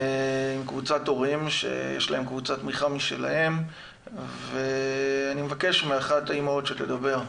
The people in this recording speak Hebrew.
קבוצת הורים שיש להם קבוצת תמיכה משלהם ואני מבקש מאחת האימהות שתדבר.